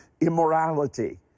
immorality